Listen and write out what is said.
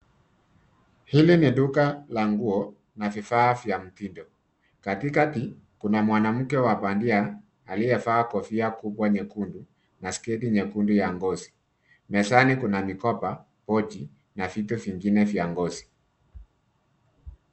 Hili ni duka la nguo, na vifaa vya mtindo. Katikati, kuna mwanamke wa bandia, aliyevaa kofia kubwa nyekundu, na sketi nyekundu ya ngozi. Mezani kuna mikoba, pochi, na vitu vingine vya ngozi.